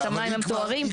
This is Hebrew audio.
את המים המטוהרים.